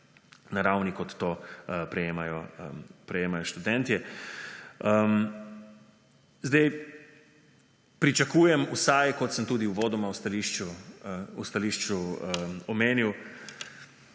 na ravni kot to prejemajo študentje. Zdaj pričakujem vsaj, kot sem tudi uvodoma v stališču omenil,